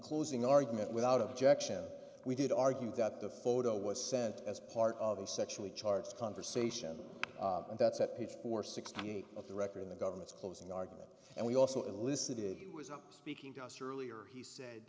closing argument without objection we did argue that the photo was sent as part of the sexually charged conversation and that's at page four sixty eight of the record in the government's closing argument and we also elicited it was up speaking to us earlier he said